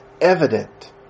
evident